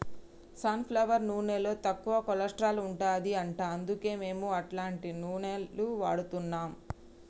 sun flower నూనెలో తక్కువ cholesterol ఉంటది అంట అందుకే మేము అట్లాంటి నూనెలు వాడుతున్నాం